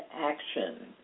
action